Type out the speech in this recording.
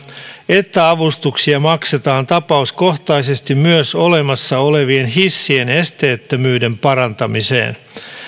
että avustuksia maksetaan tapauskohtaisesti myös olemassa olevien hissien esteettömyyden parantamiseen